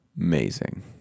Amazing